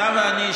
אתה ואני,